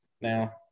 now